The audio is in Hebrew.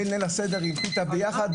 בין ליל הסדר עם פיתה ביחד,